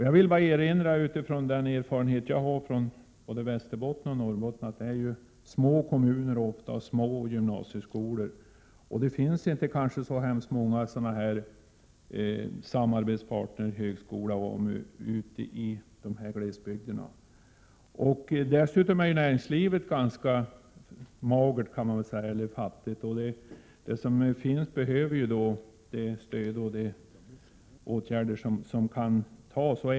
Jag vill bara — med utgångspunkt från den erfarenhet jag har både från Västerbotten och från Norrbotten — erinra om att det ofta gäller små kommuner och små gymnasieskolor och att det kanske inte finns så många samarbetspartner som högskolan och AMU ute i de glesbygderna. Dessutom är näringslivet där ganska fattigt, och de företag som finns behöver då det stöd och de åtgärder som kan erbjudas.